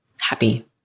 happy